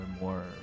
more